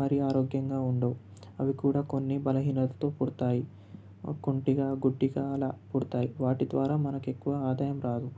మరి ఆరోగ్యంగా ఉండవు అవి కూడా కొన్ని బలహీనతతో పుడతాయి కుంటిగా గుడ్డిగా అలా పుడతాయి వాటి ద్వారా మనకు ఎక్కువ ఆదాయం రాదు